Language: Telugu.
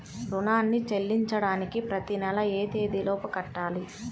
రుణాన్ని చెల్లించడానికి ప్రతి నెల ఏ తేదీ లోపు కట్టాలి?